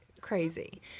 Crazy